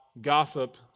gossip